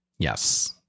Yes